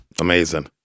Amazing